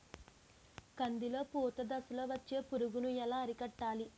కందిలో పూత దశలో వచ్చే పురుగును ఎలా అరికట్టాలి?